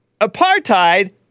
Apartheid